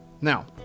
Now